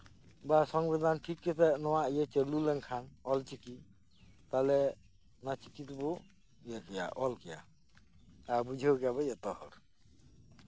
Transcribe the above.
ᱵᱟ ᱥᱚᱝᱵᱤᱫᱷᱟᱱ ᱴᱷᱤᱠ ᱠᱟᱛᱮᱫ ᱱᱚᱣᱟ ᱤᱭᱟᱹ ᱪᱟᱹᱞᱩ ᱞᱮᱱᱠᱷᱟᱱ ᱚᱞᱪᱤᱠᱤ ᱛᱟᱦᱚᱞᱮ ᱱᱚᱣᱟ ᱪᱤᱠᱤ ᱛᱮᱵᱚᱱ ᱚᱞᱠᱮᱭᱟ ᱟᱨ ᱵᱩᱡᱷᱟᱹᱣ ᱠᱮᱭᱟᱵᱚᱱ ᱡᱷᱚᱛᱚᱦᱚᱲ